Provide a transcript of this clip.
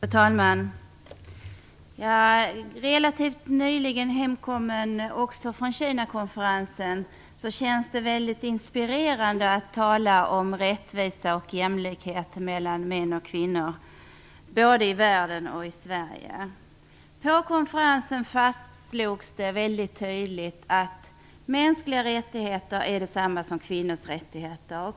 Fru talman! Jag är också relativt nyligen hemkommen från Kinakonferensen. Det känns väldigt inspirerande att tala om rättvisa och jämlikhet mellan män och kvinnor i världen och i Sverige. På konferensen fastslogs det mycket tydligt att mänskliga rättigheter är det samma som kvinnors rättigheter.